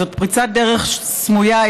זו פריצת דרך סמויה.